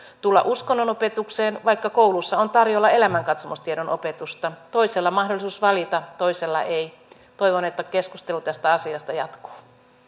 tulla uskonnonopetukseen vaikka koulussa on tarjolla elämänkatsomustiedon opetusta toisella mahdollisuus valita toisella ei toivon että keskustelu tästä asiasta jatkuu